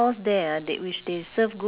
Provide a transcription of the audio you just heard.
ah yishun hawker centre